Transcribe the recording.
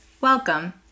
Welcome